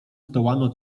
zdołano